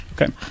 okay